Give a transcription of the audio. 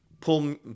pull